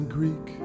Greek